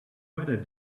weather